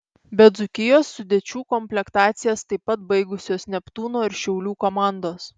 be dzūkijos sudėčių komplektacijas taip pat baigusios neptūno ir šiaulių komandos